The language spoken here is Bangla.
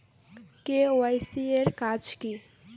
কে.ওয়াই.সি এর কাজ কি?